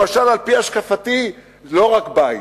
למשל, על-פי השקפתי, לא רק בית,